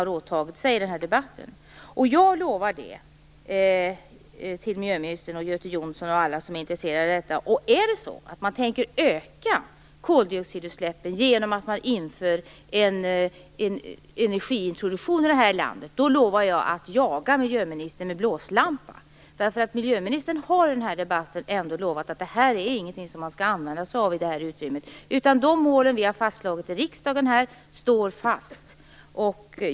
Är det så att man tänker öka koldioxidutsläppen genom att införa en energiintroduktion i landet lovar jag att jaga miljöministern med blåslampa. Det lovar jag miljöministern och Göte Jonsson och alla som är intresserade av detta. Miljöministern har i denna debatt ändå lovat att man inte skall använda sig av utrymmet. De mål som vi har fastslagit i riksdagen står fast.